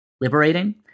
liberating